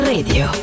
Radio